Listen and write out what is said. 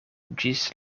ĝis